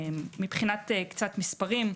מבחינת מספרים,